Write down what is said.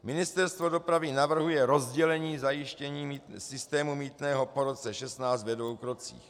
Ministerstvo dopravy navrhuje rozdělení zajištění systému mýtného po roce 2016 ve dvou krocích.